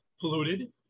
polluted